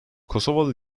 kosovalı